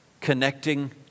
connecting